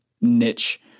niche